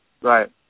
Right